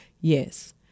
Yes